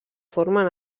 formen